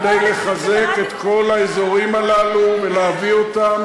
כדי לחזק את כל האזורים הללו ולהביא אותם